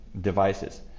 devices